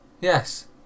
yes